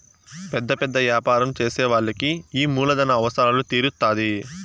పెద్ద పెద్ద యాపారం చేసే వాళ్ళకి ఈ మూలధన అవసరాలు తీరుత్తాధి